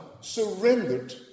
surrendered